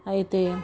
అయితే